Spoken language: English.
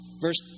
Verse